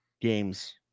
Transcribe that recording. games